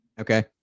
Okay